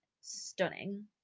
stunning